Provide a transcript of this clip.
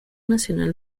nacional